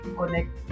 connect